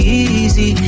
easy